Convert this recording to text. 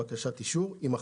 בקשה לאישור)" יימחקו".